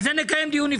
על זה נקיים דיון נפרד.